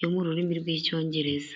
yo m'ururimi rw'icyongereza.